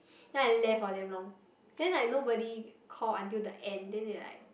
then I left for damn long then like nobody call until the end then they like